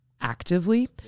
Actively